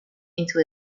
into